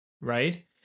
Right